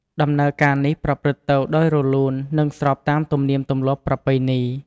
ដំណើរការនេះប្រព្រឹត្តទៅដោយរលូន និងស្របតាមទំនៀមទម្លាប់ប្រពៃណី។